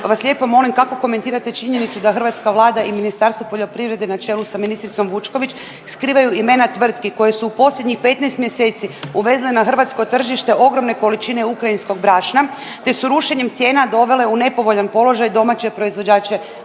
vas lijepo molim kako komentirate činjenicu da hrvatska Vlada i Ministarstvo poljoprivrede na čelu sa ministricom Vučković skrivaju imena tvrtki koje su u posljednjih 15 mjeseci uvezle na hrvatsko tržište ogromne količine ukrajinskog brašna te su rušenjem cijena dovele u nepovoljan položaj domaće proizvođače